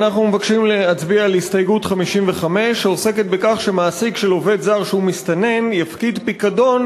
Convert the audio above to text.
55 הצביעו בעד, לעומת זה 28 התנגדו,